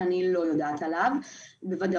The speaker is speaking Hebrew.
שאני לא יודעת עליו בוודאות.